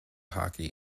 hockey